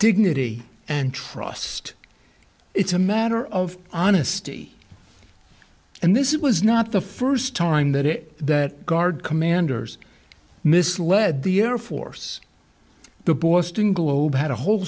dignity and trust it's a matter of honesty and this it was not the first time that it that guard commanders misled the air force the boston globe had a whole